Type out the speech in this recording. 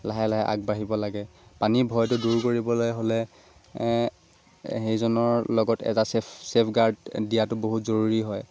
লাহে লাহে আগবাঢ়িব লাগে পানী ভয়টো দূৰ কৰিবলৈ হ'লে সেইজনৰ লগত এটা ছেফগাৰ্ড দিয়াটো বহুত জৰুৰী হয়